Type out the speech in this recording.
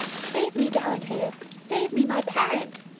save me, galatea, save me, my parents